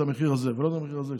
המחיר הזה ולא יורידו את המחיר הזה,